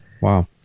Wow